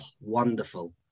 wonderful